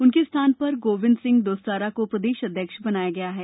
उनके स्थान पर गोविंद सिंह दोस्तरा को प्रदेश अध्यक्ष बनाया गया है